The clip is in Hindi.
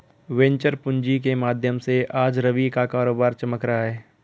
वेंचर पूँजी के माध्यम से आज रवि का कारोबार चमक रहा है